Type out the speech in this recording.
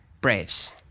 Braves